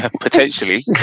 potentially